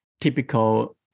typical